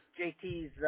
JT's